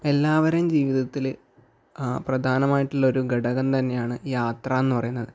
എല്ലാവരേം ജീവിതത്തിൽ പ്രധാനമായിട്ടുള്ള ഒരു ഘടകം തന്നെയാണ് യാത്ര എന്ന് പറയുന്നത്